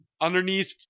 underneath